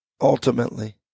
ultimately